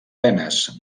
tenes